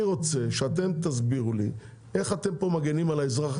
אני רוצה שאתם תסבירו לי איך אתם מגינים פה על האזרח הקטן.